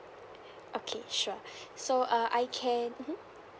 okay sure so uh I can mmhmm